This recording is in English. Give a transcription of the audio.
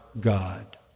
God